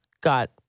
got